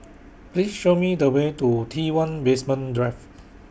Please Show Me The Way to T one Basement Drive